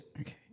Okay